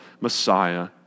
Messiah